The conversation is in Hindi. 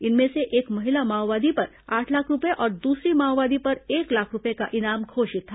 इनमें से एक महिला माओवादी पर आठ लाख रूपये और दूसरी माओवादी पर एक लाख रूपये का इनाम घोषित था